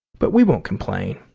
but we won't complain.